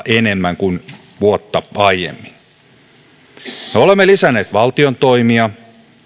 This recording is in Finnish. enemmän kuin vuotta aiemmin me olemme lisänneet valtion toimia